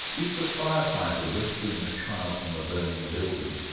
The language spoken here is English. is the firefighter rescuing a child from a burning building,